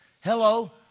Hello